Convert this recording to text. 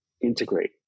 integrate